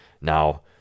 now